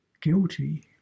guilty